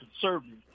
conservative